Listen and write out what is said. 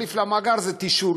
התחליף למאגר זה תשאול.